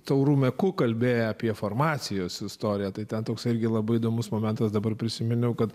taurume kuo kalbi apie farmacijos istoriją tai ten toks irgi labai įdomus momentas dabar prisiminiau kad